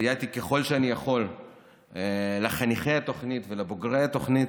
סייעתי ככל שאני יכול לחניכי התוכנית ולבוגרי התוכנית.